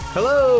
Hello